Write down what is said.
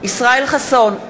ישראל חסון,